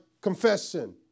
confession